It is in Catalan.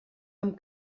amb